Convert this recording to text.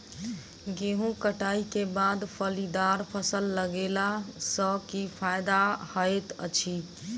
गेंहूँ कटाई केँ बाद फलीदार फसल लगेला सँ की फायदा हएत अछि?